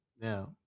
Now